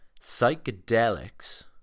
Psychedelics